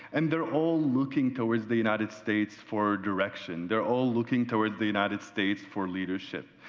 and they're all looking towards the united states for direction. they're all looking towards the united states for leadership.